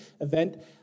event